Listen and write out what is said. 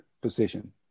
position